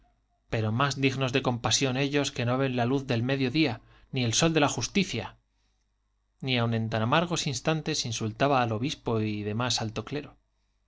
pero más dignos de compasión ellos que no ven la luz del medio día ni el sol de la justicia ni aun en tan amargos instantes insultaba al obispo y demás alto clero